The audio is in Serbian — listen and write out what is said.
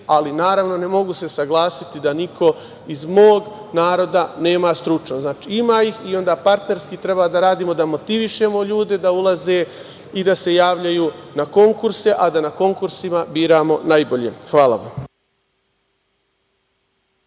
ali, naravno, ne mogu se saglasiti da niko iz mog naroda nema stručnost. Znači, ima ih i onda partnerski treba da radimo da motivišemo ljude da ulaze i da se javljaju na konkurse, a da na konkursima biramo najbolje. Hvala vam.